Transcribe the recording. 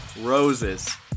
Roses